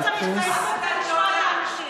לא צריך פייסבוק, צריך לשמוע את האנשים.